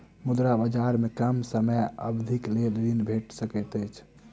मुद्रा बजार में कम समय अवधिक लेल ऋण भेट सकैत अछि